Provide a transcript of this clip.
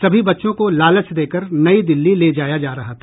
सभी बच्चों को लालच देकर नई दिल्ली ले जाया जा रहा था